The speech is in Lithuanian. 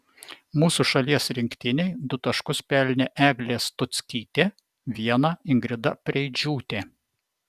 mūsų šalies rinktinei du taškus pelnė eglė stuckytė vieną ingrida preidžiūtė